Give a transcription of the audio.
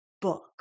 book